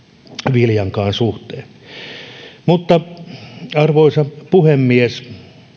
viljankaan suhteen arvoisa puhemies